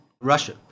Russia